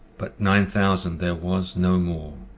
but nine thousand, there was no more,